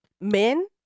Men